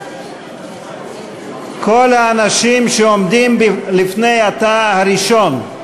כל האנשים שעומדים לפני התא הראשון,